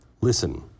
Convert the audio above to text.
Listen